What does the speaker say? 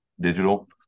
digital